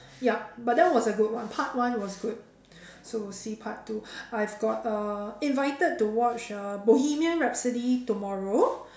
yup but that was a good one part one was good so see part two I've got uh invited to watch uh Bohemian rhapsody tomorrow